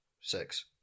Six